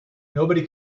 nobody